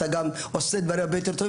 אתה גם עושה דברים הרבה יותר טובים,